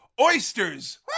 oysters